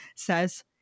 says